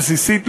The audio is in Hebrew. הבסיסית,